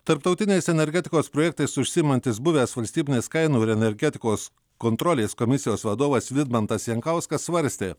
tarptautiniais energetikos projektais užsiimantis buvęs valstybinės kainų ir energetikos kontrolės komisijos vadovas vidmantas jankauskas svarstė